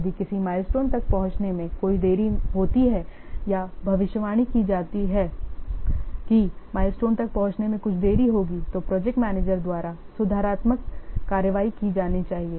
यदि किसी माइलस्टोन तक पहुंचने में कोई देरी होती है या यह भविष्यवाणी की जाती है कि माइलस्टोन तक पहुंचने में कुछ देरी होगी तो प्रोजेक्ट मैनेजर द्वारा सुधारात्मक कार्रवाई की जानी चाहिए